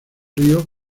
río